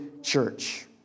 church